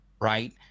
right